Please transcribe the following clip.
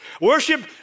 Worship